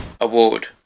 Award